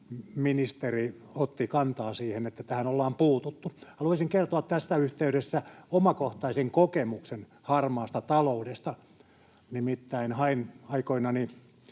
ministeri otti kantaa siihen, että tähän ollaan puututtu. Haluaisin kertoa tässä yhteydessä omakohtaisen kokemuksen harmaasta taloudesta. Nimittäin hain aikoinani